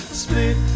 split